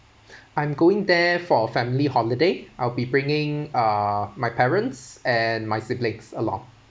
I'm going there for family holiday I'll be bringing uh my parents and my siblings along